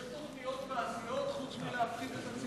יש תוכניות מעשיות חוץ מלהפחיד את הציבור?